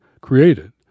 created